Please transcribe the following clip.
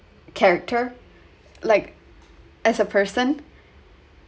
character like as a person